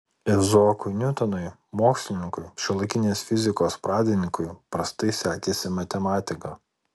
izaokui niutonui mokslininkui šiuolaikinės fizikos pradininkui prastai sekėsi matematika